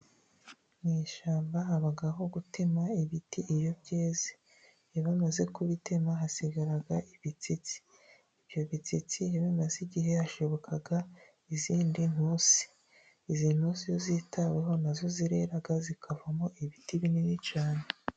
Mu ishyamba habaho gutema ibiti iyo byeze. Iyo bamaze kubitema hasigara ibitsitsi, ibyo bitsitsi iyo bimaze igihe hashibuka izindi ntusi. Izi ntusi zitaweho nazo zirakura zikavamo ibiti binini cyane.